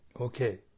Okay